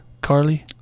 Carly